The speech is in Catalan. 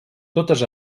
totes